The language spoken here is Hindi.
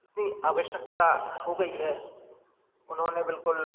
इतनी अवश्यकता हो गई है उन्होंने बिल्कुल